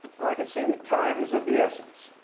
well i can see that time is of the essence.